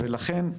ולכן,